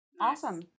awesome